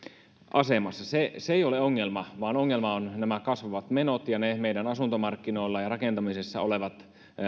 asemassa se se ei ole ongelma vaan ongelma ovat nämä kasvavat menot ja ne meidän asuntomarkkinoilla ja rakentamisessa olevat